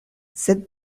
sed